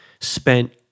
spent